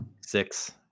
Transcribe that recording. Six